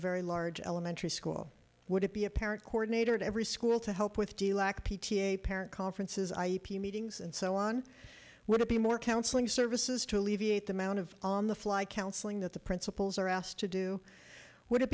very large elementary school would it be a parent coordinator at every school to help with the lack of p t a parent conferences ip meetings and so on would it be more counseling services to alleviate the amount of on the fly counseling that the principals are asked to do would it